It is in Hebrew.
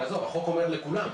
החוק אומר לכולם.